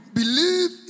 believe